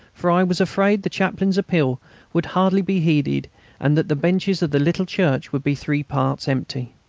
for i was afraid the chaplain's appeal would hardly be heeded and that the benches of the little church would be three-parts empty.